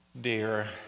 Dear